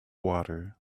water